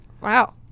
wow